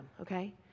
okay